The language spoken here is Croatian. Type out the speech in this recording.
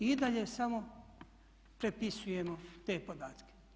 I dalje samo prepisujemo te podatke.